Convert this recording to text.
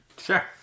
Sure